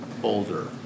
Older